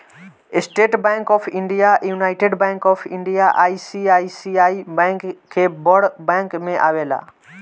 estate bank of India, united bank of India, ICICI bank Bharat के बड़ bank में आवेला